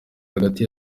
hagati